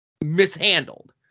mishandled